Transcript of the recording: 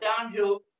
downhill